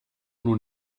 nun